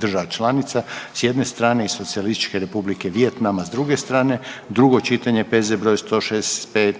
država članica s jedne strane i Socijalističke Republike Vijetnama s druge strane, drugo čitanje, P.Z. br. 165.